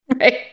right